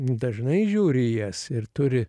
dažnai žiūri į jas ir turi